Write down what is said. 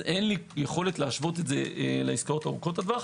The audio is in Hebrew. אז אין לי אפשרות להשוות את זה לעסקאות ארוכות הטווח.